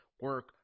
Work